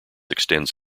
extends